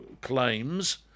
claims